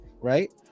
right